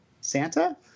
Santa